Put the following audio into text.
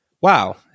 Wow